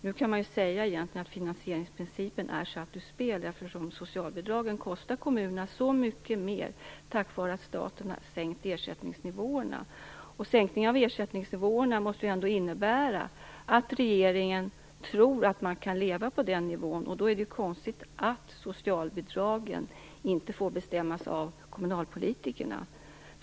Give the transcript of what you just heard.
Nu kan man egentligen säga att finansieringsprincipen är satt ur spel, eftersom socialbidragen kostar kommunerna så mycket mer på grund av att staten har sänkt ersättningsnivåerna. Sänkningen av ersättningsnivåerna måste ju ändå innebära att regeringen tror att man kan leva på den nivån, och då är det konstigt att socialbidragen inte får bestämmas av kommunalpolitikerna.